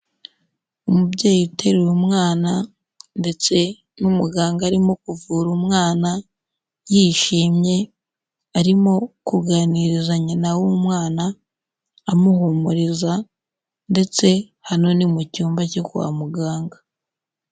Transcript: Umubyeyi uteruye umwana ndetse n'umuganga arimo kuvura umwana yishimye, arimo kuganiriza nyina w'umwana amuhumuriza ndetse hano ni mu cyumba cyo kwa muganga.